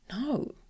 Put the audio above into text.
No